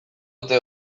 ote